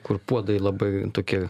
kur puodai labai tokie